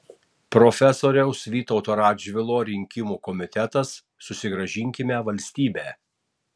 profesoriaus vytauto radžvilo rinkimų komitetas susigrąžinkime valstybę